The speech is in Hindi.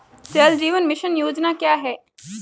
जल जीवन मिशन योजना क्या है?